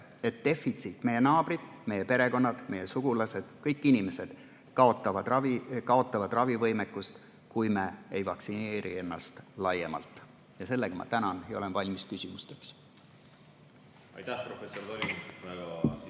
et defitsiit [kasvab], meie naabrid, meie perekonnad, meie sugulased – kõik inimesed kaotavad ravivõimaluse, kui me ei vaktsineeri ennast laiemalt. Ja sellega ma tänan ja olen valmis küsimusteks.